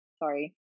sorry